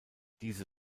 diese